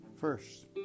First